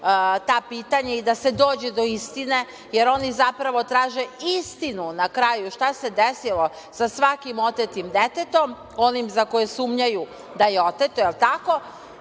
ta pitanja i da se dođe do istine, jer oni zapravo traže istinu, na kraju, šta se desilo sa svakim otetom detetom, onim za koje sumnjaju da je oteto, jel tako,